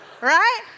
right